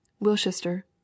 Wilchester